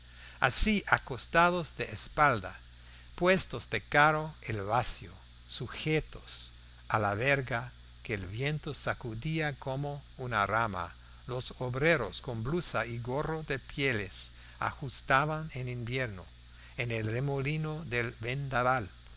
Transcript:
así acostados de espalda puestos de cara el vacío sujetos a la verga que el viento sacudía como una rama los obreros con blusa y gorro de pieles ajustaban en invierno en el remolino del vendabal